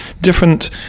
different